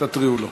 תתריעו לו.